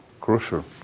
crucial